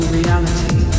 reality